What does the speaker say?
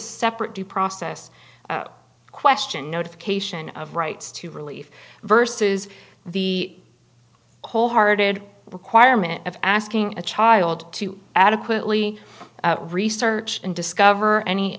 separate due process question notification of rights to relief versus the wholehearted requirement of asking a child to adequately research and discover any